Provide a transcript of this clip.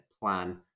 plan